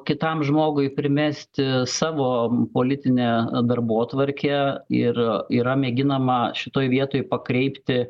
kitam žmogui primesti savo politinę darbotvarkę ir yra mėginama šitoj vietoj pakreipti